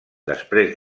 després